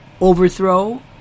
overthrow